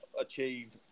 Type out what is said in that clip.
achieve –